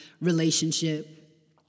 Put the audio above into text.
relationship